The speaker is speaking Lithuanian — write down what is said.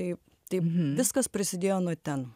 tai taip viskas prisidėjo nuo ten